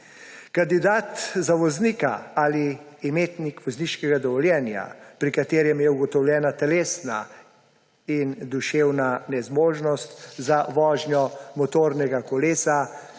Kandidat za voznika ali imetnik vozniškega dovoljenja, pri katerem je ugotovljena telesna in duševna nezmožnost za vožnjo motornega kolesa,